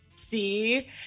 See